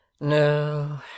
No